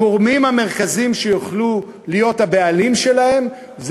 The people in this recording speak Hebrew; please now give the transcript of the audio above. הגורמים המרכזיים שיוכלו להיות הבעלים שלהן הם